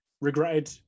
regretted